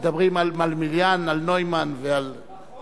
מדברים על מלמיליאן, על נוימן ועל לוי.